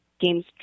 games